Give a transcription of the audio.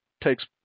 takes